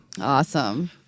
Awesome